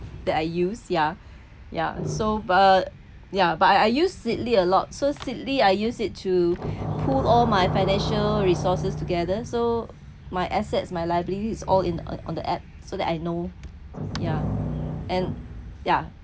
that I use yeah yeah so but yeah but I I use seedly a lot so seedly I use it to pull all my financial resources together so my assets my liability is all in on the app so that I know yeah and yeah